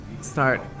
start